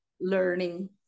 learning